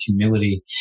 humility